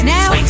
Now